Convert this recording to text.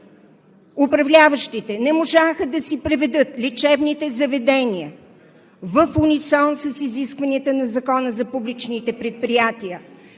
управляващите не можаха да си приведат лечебните заведения в унисон с изискванията на Закона за публичните предприятия?